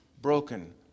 broken